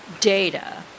data